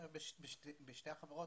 בשתי החברות,